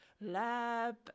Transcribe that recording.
lab